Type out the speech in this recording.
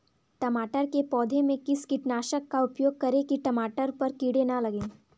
टमाटर के पौधे में किस कीटनाशक का उपयोग करें कि टमाटर पर कीड़े न लगें?